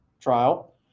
trial